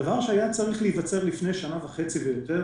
הדבר שהיה צריך להיווצר לפני שנה וחצי ויותר